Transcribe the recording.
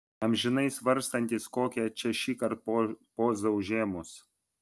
amžinai svarstantys kokią čia šįkart pozą užėmus